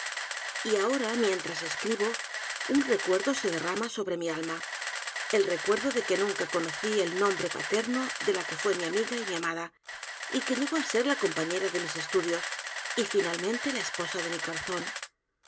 y ahora mientras escribo un r e cuerdo se derrama sobre mi alma el recuerdo de que nunca conocí el nombre paterno de la que fué mi amiga y mi amada y que llegó á ser la compañera de mis estudios y finalmente la esposa de mi corazón